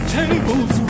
tables